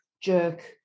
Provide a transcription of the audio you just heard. Jerk